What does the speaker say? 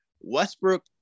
Westbrook